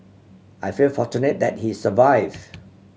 I feel fortunate that he survive